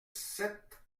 sept